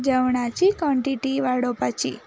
जेवणाची कॉण्टिटी वाडोवपाची